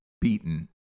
beaten